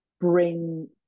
bring